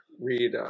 read